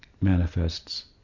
manifests